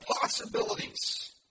possibilities